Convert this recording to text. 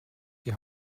die